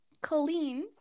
Colleen